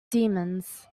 demons